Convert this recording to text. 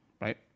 right